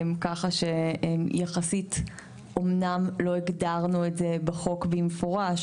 ככה שאמנם לא הגדרנו את זה בחוק במפורש,